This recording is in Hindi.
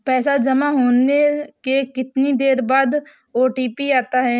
पैसा जमा होने के कितनी देर बाद ओ.टी.पी आता है?